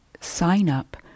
sign-up